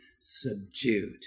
subdued